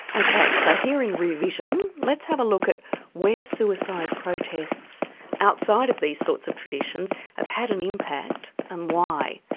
okay, so here in rear vision, let's have a look at where suicide protests outside of these sorts of traditions have had an impact, and why.